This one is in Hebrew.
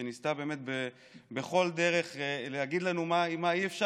שניסתה באמת בכל דרך להגיד לנו מה אי-אפשר